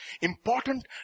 important